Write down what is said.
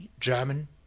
German